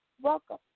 Welcome